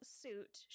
suit